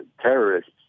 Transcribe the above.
terrorists